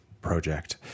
project